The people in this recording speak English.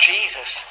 Jesus